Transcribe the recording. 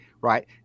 right